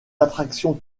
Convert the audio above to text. attractions